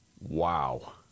wow